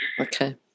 Okay